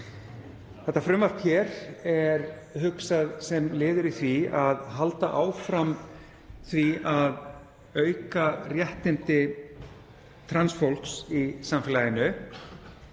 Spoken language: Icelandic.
Þetta frumvarp hér er hugsað sem liður í því að halda áfram að auka réttindi trans fólks í samfélaginu,